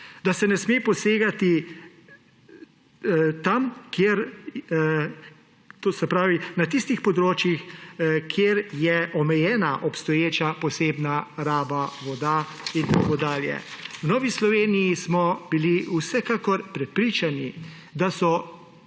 tam, to se pravi na tistih območjih, kjer je omejena obstoječa posebna raba voda in tako dalje. V Novi Sloveniji smo bili vsekakor prepričani, da so